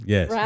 Yes